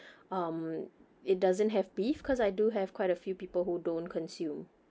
um it doesn't have beef cause I do have quite a few people who don't consume